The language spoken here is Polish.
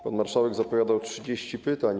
Pan marszałek zapowiadał 30 pytań.